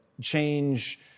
change